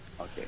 Okay